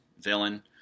villain